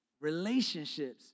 Relationships